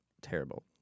terrible